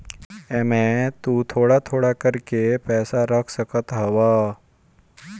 एमे तु थोड़ थोड़ कर के पैसा रख सकत हवअ